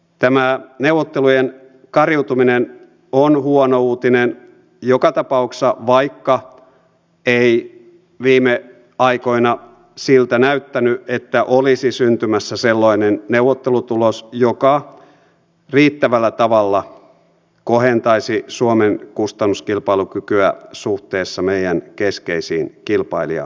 tämä neuvottelujen kariutuminen on huono uutinen joka tapauksessa vaikka ei viime aikoina siltä näyttänyt että olisi syntymässä sellainen neuvottelutulos joka riittävällä tavalla kohentaisi suomen kustannuskilpailukykyä suhteessa meidän keskeisiin kilpailijamaihimme